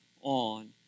on